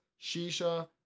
shisha